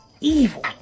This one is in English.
Evil